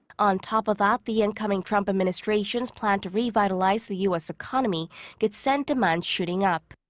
on top of that, the incoming trump administration's plan to revitalize the u s. economy could send demand shooting up.